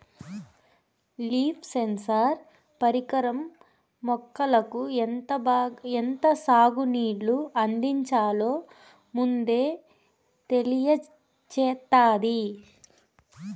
leaf sensor పరికరం మొక్కలకు ఎంత సాగు నీళ్ళు అందించాలో ముందే తెలియచేత్తాది